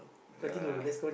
ya